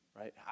right